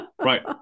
Right